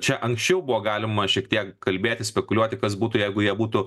čia anksčiau buvo galima šiek tiek kalbėti spekuliuoti kas būtų jeigu jie būtų